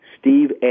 Steve